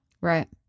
right